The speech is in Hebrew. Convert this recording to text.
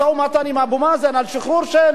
היום משא-ומתן עם אבו מאזן על שחרור של